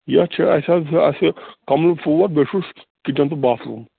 یَتھ چھِ اَسہِ حظ اَسہِ کمرٕ ژور بیٚیہِ چھُس کِچن تہٕ باتھ روٗم